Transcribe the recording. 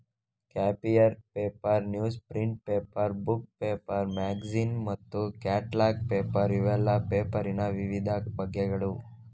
copier paper, newsprint paper, book paper, magazine ಮತ್ತು catalogue paper ಇವೆಲ್ಲ ಪೇಪರಿನ ವಿವಿಧ ಬಗೆಗಳು